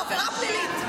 זו עבירה פלילית.